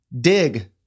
Dig